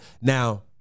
now